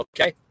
Okay